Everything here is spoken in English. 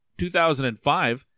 2005